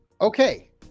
Okay